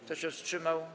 Kto się wstrzymał?